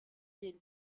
den